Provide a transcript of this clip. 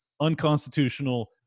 unconstitutional